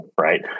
right